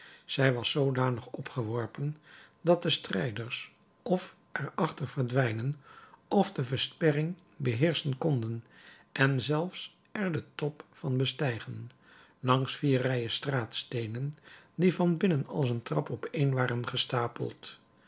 zij was zoodanig opgeworpen dat de strijders of er achter verdwijnen of de versperring beheerschen konden en zelfs er den top van bestijgen langs vier rijen straatsteenen die van binnen als een trap opeen waren gestapeld